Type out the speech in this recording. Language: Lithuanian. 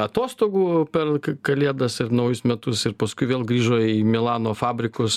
atostogų per kalėdas ir naujus metus ir paskui vėl grįžo į milano fabrikus